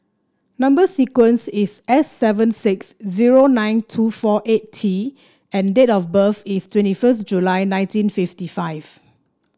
number sequence is S seven six zero nine two four eight T and date of birth is twenty first July nineteen fifty five